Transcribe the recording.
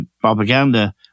propaganda